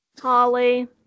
Holly